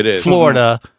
Florida